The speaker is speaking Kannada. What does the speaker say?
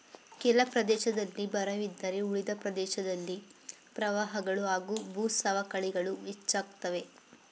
ಕೆಲ ಪ್ರದೇಶದಲ್ಲಿ ಬರವಿದ್ದರೆ ಉಳಿದ ಪ್ರದೇಶದಲ್ಲಿ ಪ್ರವಾಹಗಳು ಹಾಗೂ ಭೂಸವಕಳಿಗಳು ಹೆಚ್ಚಾಗ್ತವೆ